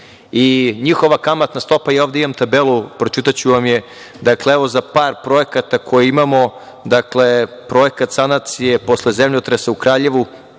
Njihova kamatna stopa, ja ovde imam tabelu, pročita ću vam je, dakle, evo za par projekta koje imamo, dakle, projekat sanacije posle zemljotresa u Kraljevu,